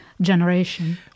generation